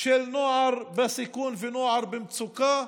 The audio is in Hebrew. לנוער בסיכון ולנוער במצוקה,